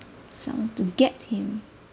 someone to get him